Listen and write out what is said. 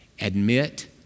Admit